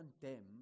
condemn